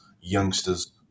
youngsters